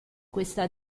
questa